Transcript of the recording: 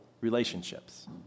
relationships